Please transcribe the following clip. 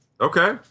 Okay